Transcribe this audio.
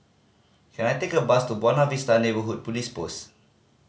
can I take a bus to Buona Vista Neighbourhood Police Post